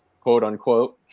quote-unquote